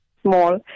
small